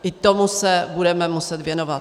I tomu se budeme muset věnovat.